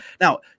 Now